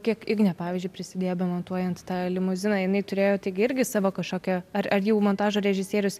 kiek igne pavyzdžiui prisidėjo montuojant tą limuziną jinai turėjo tigi irgi savo kažkokią ar ar jau montažo režisierius